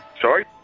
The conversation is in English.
Sorry